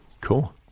Cool